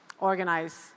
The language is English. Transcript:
organize